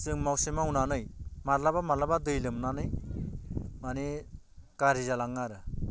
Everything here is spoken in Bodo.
जों मावसे मावनानै मालाबा मालाबा दै लोमनानै माने गाज्रि जालाङो आरो